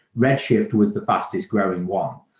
red shift was the fastest growing one.